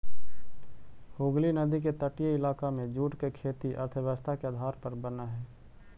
हुगली नदी के तटीय इलाका में जूट के खेती अर्थव्यवस्था के आधार बनऽ हई